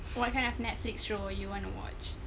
what kind of netflix show do you wanna watch